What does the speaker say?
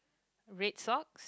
red socks